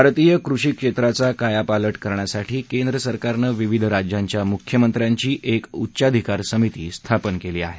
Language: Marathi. भारतीय कृषी क्षेत्राचा कायापालट करण्यासाठी केंद्र सरकारनं विविध राज्यांच्या मुख्यमंत्र्यांची एक उच्चाधिकार समिती स्थापन केली आहे